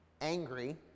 angry